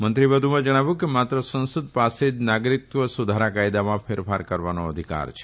મંત્રીએ વધુમાં જણાવ્યું કે માત્ર સંસદ પાસે જ નાગરિકત્વ સુધારા કાયદામાં ફેરફા કરવાનો અધિકાર છે